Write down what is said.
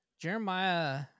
Jeremiah